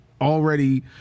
already